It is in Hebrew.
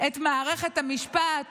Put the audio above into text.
את מערכת המשפט